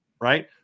Right